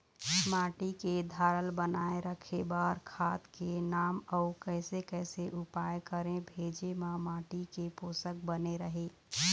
माटी के धारल बनाए रखे बार खाद के नाम अउ कैसे कैसे उपाय करें भेजे मा माटी के पोषक बने रहे?